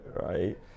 right